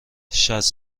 شصت